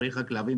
צריך רק להבין,